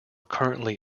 currently